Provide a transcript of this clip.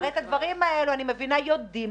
את הדברים האלה, אני מבינה כך, יודעים.